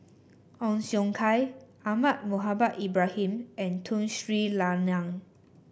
Ong Siong Kai Ahmad Mohamed Ibrahim and Tun Sri Lanang